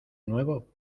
nuevo